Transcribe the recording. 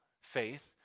faith